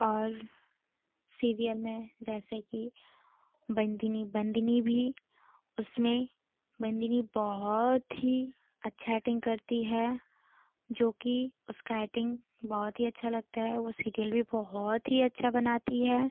और सीरियल में जैसे कि बंदिनी बंदिनी भी उसमें बंदिनी बहुत ही अच्छा ऐक्टिंग करती है जो कि उसका ऐक्टिंग बहुत ही अच्छा लगता है वो सीरियल वी बहुत ही अच्छा बनाती है